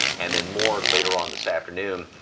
and then more later on this afternoon.